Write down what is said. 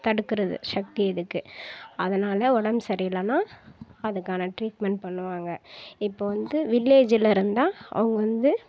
தடுக்கிறது சக்தி இருக்குது அதனால் உடம்பு சரியில்லைனா அதுக்கான ட்ரீட்மென்ட் பண்ணுவாங்க இப்போ வந்து வில்லேஜில் இருந்தால் அவங்க வந்து